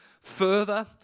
further